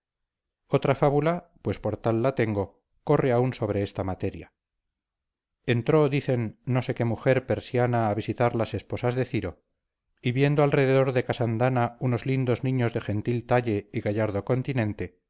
otra fábula pues por tal la tengo corre aun sobre esta materia entró dicen no sé qué mujer persiana a visitar las esposas de ciro y viendo alrededor de casandana unos lindos niños de gentil talle y gallardo continente